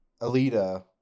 alita